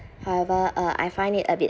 however uh I find it a bit